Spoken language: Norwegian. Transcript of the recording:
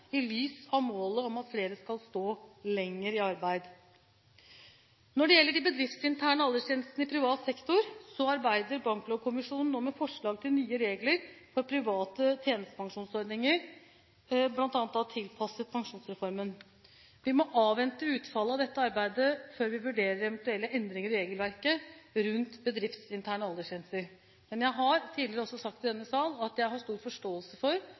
i lys av målet om at flere skal stå lenger i arbeid. Når det gjelder de bedriftsinterne aldersgrensene i privat sektor, arbeider Banklovkommisjonen nå med forslag til nye regler for private tjenestepensjonsordninger, bl.a. tilpasset pensjonsreformen. Vi må avvente utfallet av dette arbeidet før vi vurderer eventuelle endringer i regelverket rundt bedriftsinterne aldersgrenser. Men jeg har tidligere også sagt i denne sal at jeg har stor forståelse for